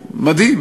מדהים,